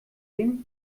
nehmen